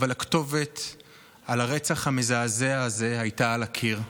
אבל הכתובת לרצח המזעזע הזה הייתה על הקיר.